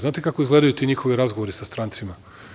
Znate kako izgledaju ti njihovi razgovori sa strancima?